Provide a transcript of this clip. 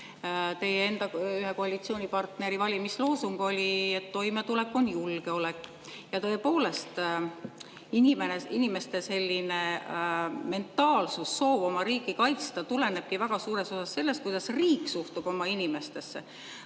teie koalitsioonipartneri valimisloosung oli, et toimetulek on julgeolek. Tõepoolest, inimeste mentaalsus, soov oma riiki kaitsta tulenebki väga suures osas sellest, kuidas riik suhtub oma inimestesse.